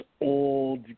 old